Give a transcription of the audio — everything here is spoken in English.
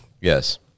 Yes